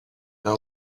now